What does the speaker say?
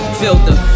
filter